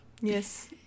Yes